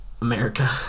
America